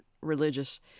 religious